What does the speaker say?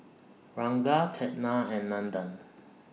Ranga Ketna and Nandan